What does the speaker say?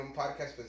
podcast